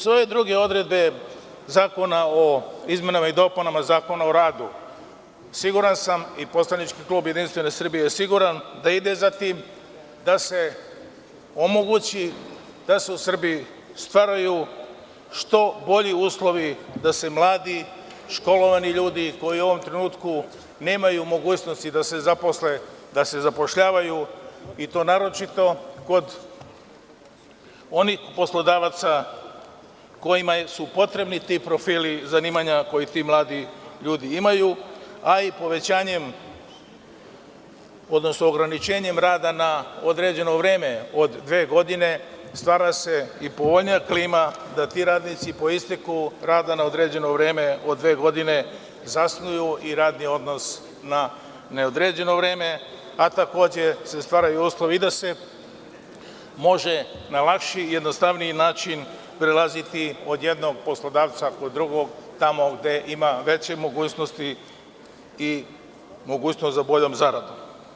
Sve ove druge odredbe Zakona o izmenama i dopunama Zakona o radu, siguran sam i poslanički klub JS je siguran da ide za tim, da se omogući da se u Srbiji stvaraju što bolji uslovi, da se mladi školovani ljudi koji u ovom trenutku nemaju mogućnosti, da se zaposle i zapošljavaju, a to naročito kod onih poslodavaca kojima su potrebni ti profili zanimanja koje ti mladi ljudi imaju, a i povećanjem, odnosno ograničenjem rada na određeno vreme od dve godine stvara se i povoljnija klima, da ti radnici po isteku rada na određeno vreme od dve godine zasnuju i radni odnos na neodređeno vreme, a takođe se stvaraju uslovi i da se može na lakši i jednostavniji način prelaziti od jednog poslodavca kod drugog, tamo gde ima veće mogućnosti i mogućnost za boljom zaradom.